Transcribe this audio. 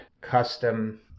custom